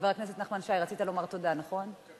חבר הכנסת נחמן שי, רצית לומר תודה, נכון?